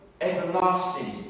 everlasting